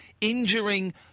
injuring